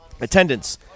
Attendance